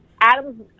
Adam